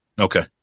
Okay